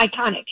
iconic